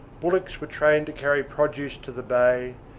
bullocks were trained to carry produce to the bay,